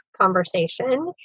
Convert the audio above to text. conversation